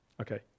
Okay